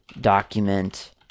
Document